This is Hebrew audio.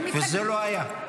וזה לא היה.